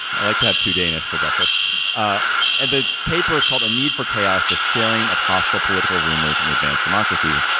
i like to have two danish for breakfast ah and the paper is called a need for chaos the sharing of hostile political rumors and advance democracy.